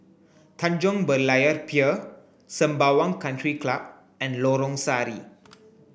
Tanjong Berlayer Pier Sembawang Country Club and Lorong Sari